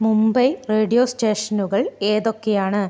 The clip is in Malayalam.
മുംബൈ റേഡിയോ സ്റ്റേഷനുകൾ ഏതൊക്കെയാണ്